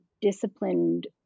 disciplined